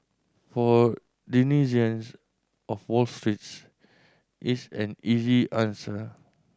for denizens of Wall Streets it's an easy answer